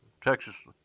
Texas